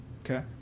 Okay